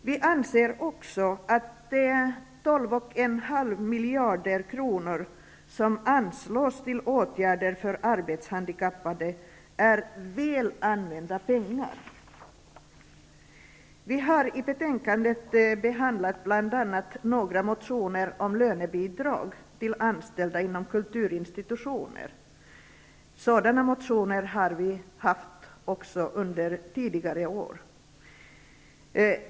Vi anser också att de 12,5 miljarder kronor som anslås för åtgärder till arbetshandikappade är väl använda pengar. Vi har i betänkandet behandlat bl.a. några motioner om lönebidrag till anställda inom kulturinstitutioner. Sådana motioner har vi haft också under tidigare år.